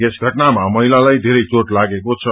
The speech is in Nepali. त्यस षटनामा महिलालाई बेरै चोट लागेको छ